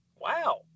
Wow